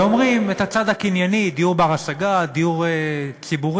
ואומרים: הצד הקנייני, דיור בר-השגה, דיור ציבורי,